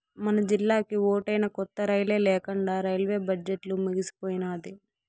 మనజిల్లాకి ఓటైనా కొత్త రైలే లేకండా రైల్వే బడ్జెట్లు ముగిసిపోయినాది